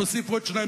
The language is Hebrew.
תוסיפו עוד שניים,